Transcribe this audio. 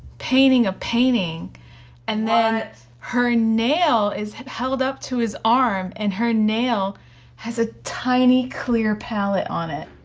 painting a painting and then her nail is held up to his arm and her nail has a tiny clear palette on it.